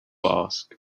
ask